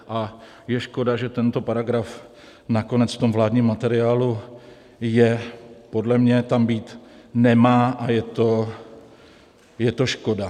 A je škoda, že tento paragraf nakonec v tom vládním materiálu je, podle mě tam být nemá a je to škoda.